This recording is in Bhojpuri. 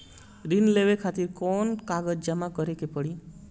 ऋण लेवे खातिर कौन कागज जमा करे के पड़ी?